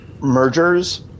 mergers